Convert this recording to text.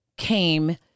came